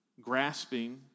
grasping